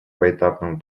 поэтапному